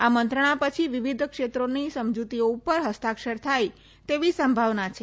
આ મંત્રણા પછી વિવિધ ક્ષેત્રોની સમજૂતીઓ ઉપર ફસ્તાક્ષર થાય તેવી સંભાવના છે